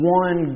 one